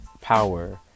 power